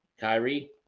Kyrie